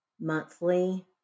monthly